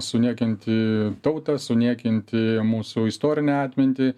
suniekinti tautą suniekinti mūsų istorinę atmintį